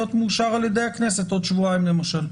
מאושר על ידי הכנסת בעוד שבועיים למשל,